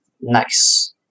Nice